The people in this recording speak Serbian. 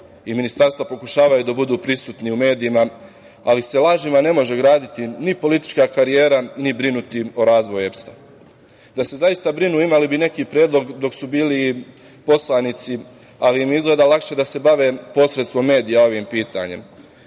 i Ministarstva pokušavaju da budu prisutni u medijima, ali se lažima ne može graditi ni politička karijera, ni brinuti o razvoju EPS-a. Da se zaista brinu, imali bi neki predlog dok su bili poslanici, ali im je izgleda lakše da se bave posredstvom medija ovim pitanjem.